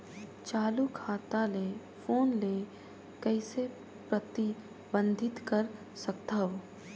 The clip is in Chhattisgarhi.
चालू खाता ले फोन ले कइसे प्रतिबंधित कर सकथव?